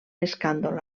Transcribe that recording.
escàndol